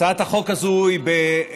הצעת החוק הזו היא במסגרת,